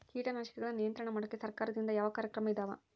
ಕೇಟನಾಶಕಗಳ ನಿಯಂತ್ರಣ ಮಾಡೋಕೆ ಸರಕಾರದಿಂದ ಯಾವ ಕಾರ್ಯಕ್ರಮ ಇದಾವ?